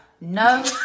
no